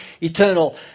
eternal